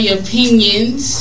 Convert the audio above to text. opinions